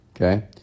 okay